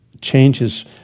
changes